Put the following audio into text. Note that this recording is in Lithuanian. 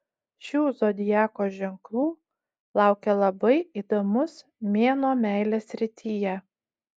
šių zodiako ženklų laukia labai įdomus mėnuo meilės srityje